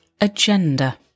Agenda